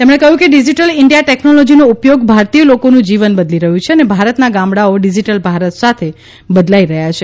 તેમણે કહ્યું કે ડિજિટલ ઇન્ડિયા ટેકનોલોજીનો ઉપયોગ ભારતીય લોકોનું જીવન બદલી રહ્યું છે અને ભારતનાં ગામડાંઓ ડિજિટલ ભારત સાથે બદલાઇ રહ્યા છે